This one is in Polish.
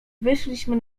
wyszliśmy